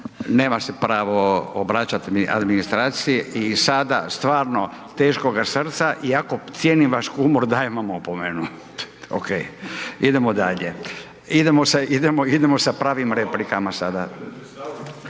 Nema se pravo obraćat ni administraciji i sada stvarno teškoga srca iako cijenim vaš humor dajem vam opomenu, okej. Idemo dalje, idemo sa, idemo, idemo sa